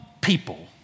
people